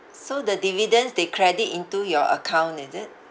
so the dividends they credit into your account is it